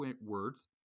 words